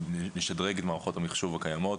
לשדרג את מערכות המחשוב הקיימות